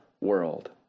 world